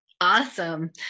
Awesome